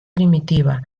primitiva